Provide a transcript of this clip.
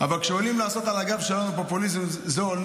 אבל כשעולים לעשות על הגב שלנו פופוליזם זול,